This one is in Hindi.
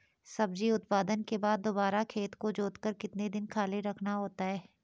सब्जी उत्पादन के बाद दोबारा खेत को जोतकर कितने दिन खाली रखना होता है?